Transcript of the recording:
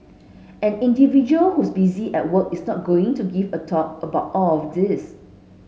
an individual who's busy at work is not going to give a thought about all of this